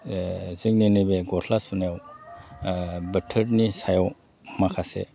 जोंनि नैबे गस्ला सुनायाव बोथोरनि सायाव माखासे